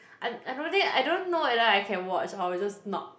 I I don't think I don't know whether I can watch or I'll just knock